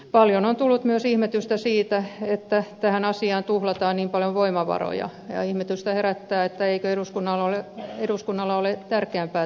paljon on tullut myös ihmetystä siitä että tähän asiaan tuhlataan niin paljon voimavaroja ja ihmetystä herättää että eikö eduskunnalla ole tärkeämpää tekemistä